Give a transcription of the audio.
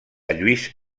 lluís